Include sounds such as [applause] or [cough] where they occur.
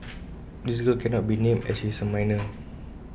this girl cannot be named as she is A minor [noise] [noise]